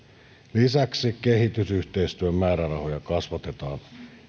lisäksi kehitysyhteistyömäärärahoja kasvatetaan